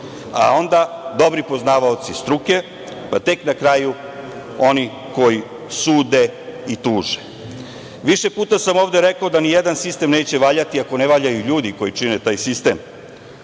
a onda dobri poznavaoci struke, pa tek na kraju oni koji sude i tuže. Više puta sam ovde rekao da ni jedan sistem neće valjati ako ne valjaju ljudi koji čine taj sistem.